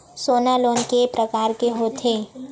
सोना लोन के प्रकार के होथे?